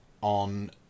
on